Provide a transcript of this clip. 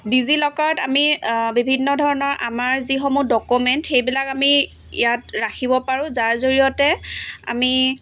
ডিজি ল'কাৰত আমি বিভিন্ন ধৰণৰ আমাৰ যিসমূহ ডকুমেণ্ট সেইবিলাক আমি ইয়াত ৰাখিব পাৰোঁ যাৰ জৰিয়তে আমি